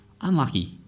Unlucky